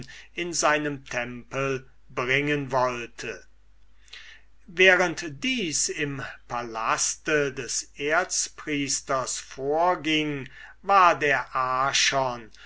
in seinem tempel bringen wollte während daß dies im palast des erzpriesters vorging war der